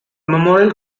memorial